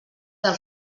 del